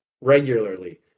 regularly